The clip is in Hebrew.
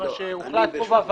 ולפי מה שהוחלט פה בוועדה,